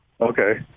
okay